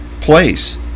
place